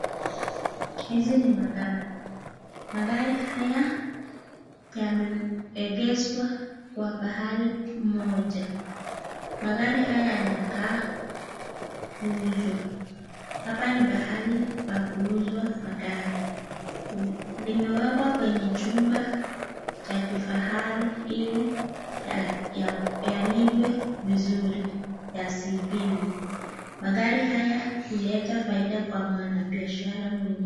Hizi ni magari. Magari haya yameegeshwa kwa pahali moja. Magari haya yanakaa kuuzwa. Hapa ni pahali pa kuuzwa magari. Zimewekwa kwenye chumba cha kifahari ili yalindwe vizuri yasiibiwe. Magari haya huleta faida kwa mwanabiashara mwenyewe.